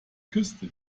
küste